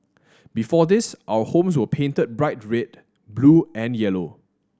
before this our homes were painted bright red blue and yellow